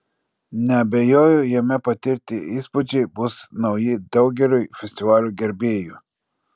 neabejoju jame patirti įspūdžiai bus nauji daugeliui festivalio gerbėjų